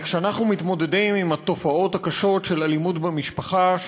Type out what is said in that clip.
כשאנחנו מתמודדים עם התופעות הקשות של אלימות במשפחה,